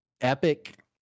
epic